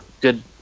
good